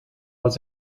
was